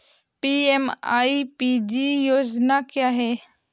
PMEPG योजना क्या है?